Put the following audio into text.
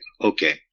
okay